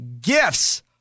gifts